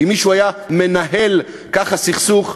אם מישהו היה "מנהל" ככה סכסוך,